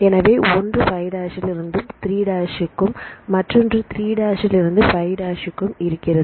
எனவே ஒன்று 5 ல் இருந்து 3 கும் மற்றொன்று 3ல் இருந்து 5 கும் இருக்கிறது